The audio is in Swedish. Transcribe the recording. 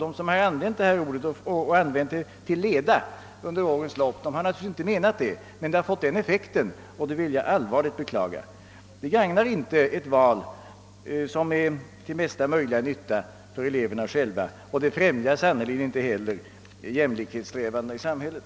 De som har använt detta ord och använt det till leda har naturligtvis inte menat att det skulle bli på detta sätt, men effekten har blivit denna, och det vill jag allvarligt beklaga. Det gagnar inte ett val som borde vara till största möjliga nytta för eleverna själva, och det främjar sannerligen inte heller jämlikhetssträvandena i samhället.